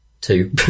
two